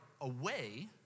away